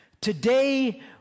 Today